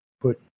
put